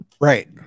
Right